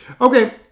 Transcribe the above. Okay